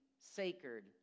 sacred